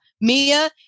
Mia